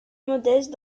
modestes